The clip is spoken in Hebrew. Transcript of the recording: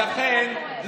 לא,